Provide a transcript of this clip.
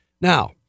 Now